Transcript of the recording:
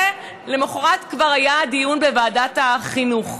ולמוחרת כבר היה דיון בוועדת החינוך.